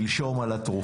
שלשום, על התרופות.